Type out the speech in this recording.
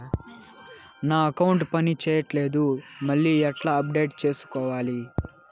నా అకౌంట్ పని చేయట్లేదు మళ్ళీ ఎట్లా అప్డేట్ సేసుకోవాలి?